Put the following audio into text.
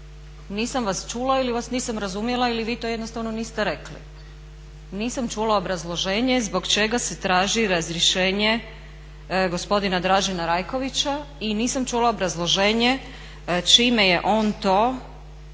nisam vas čula ili vas nisam razumjela ili vi to jednostavno niste rekli. Nisam čula obrazloženje zbog čega se traži razrješenje gospodina Dražena Rajkovića i nisam čula obrazloženje čime je on to narušio